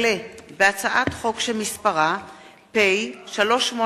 הצעת חוק הטבות לניצולי שואה (תיקון,